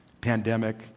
pandemic